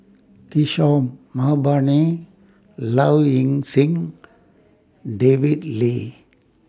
Kishore Mahbubani Low Ing Sing David Lee